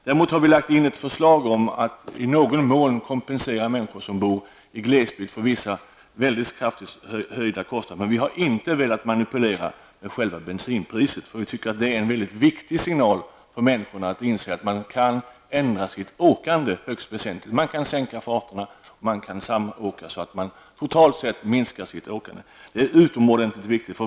Däremot har vi lagt fram ett förslag om att i någon mån kompensera människor som bor i glesbygd, eftersom en del av dem får mycket kraftigt höjda kostnader. Men vi har inte velat manipulera själva bensinpriset, för vi tycker att det är en mycket viktig signal till människorna, att de skall inse att man kan ändra sitt åkande högst väsentligt. Man kan sänka farterna och man kan samåka så att man totalt sett minskar sitt åkande. Det är utomordentligt viktigt.